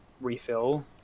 refill